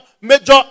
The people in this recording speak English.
major